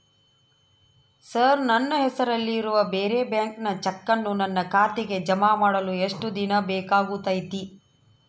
Sir ನನ್ನ ಹೆಸರಲ್ಲಿ ಇರುವ ಬೇರೆ ಬ್ಯಾಂಕಿನ ಚೆಕ್ಕನ್ನು ನನ್ನ ಖಾತೆಗೆ ಜಮಾ ಮಾಡಲು ಎಷ್ಟು ದಿನ ಬೇಕಾಗುತೈತಿ?